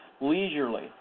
leisurely